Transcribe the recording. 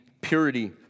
purity